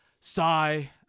sigh